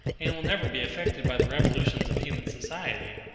and will never be affected by the revolutions of human society.